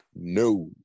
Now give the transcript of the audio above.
No